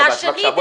והשני,